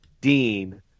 Dean